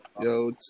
Yo